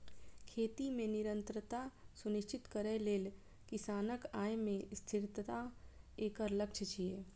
खेती मे निरंतरता सुनिश्चित करै लेल किसानक आय मे स्थिरता एकर लक्ष्य छियै